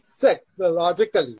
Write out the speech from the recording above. technologically